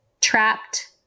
trapped